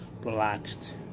relaxed